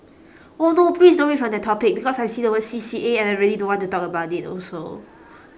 oh no please don't read from that topic because I see the word C_C_A and I really don't want to talk about it also